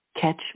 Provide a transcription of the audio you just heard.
Catch